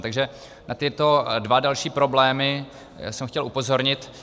Takže na tyto dva další problémy jsem chtěl upozornit.